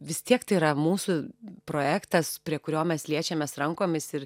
vis tiek tai yra mūsų projektas prie kurio mes liečiamės rankomis ir